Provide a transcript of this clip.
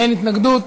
אין התנגדות.